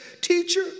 teacher